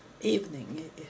evening